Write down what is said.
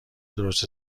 درست